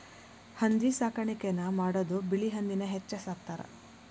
ಹಂದಿ ಸಾಕಾಣಿಕೆನ ಮಾಡುದು ಬಿಳಿ ಹಂದಿನ ಹೆಚ್ಚ ಸಾಕತಾರ